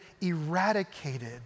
eradicated